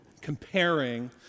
comparing